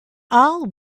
all